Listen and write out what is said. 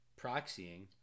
proxying